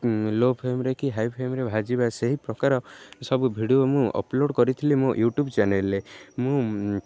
ଲୋ ଫ୍ଲେମ୍ରେ କି ହାଇ ଫ୍ଲେମ୍ରେ ଭାଜିବା ସେହି ପ୍ରକାର ସବୁ ଭିଡ଼ିଓ ମୁଁ ଅପଲୋଡ଼ କରିଥିଲି ମୋ ୟୁଟ୍ୟୁବ ଚ୍ୟାନେଲରେ ମୁଁ